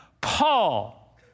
paul